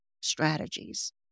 strategies